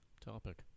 topic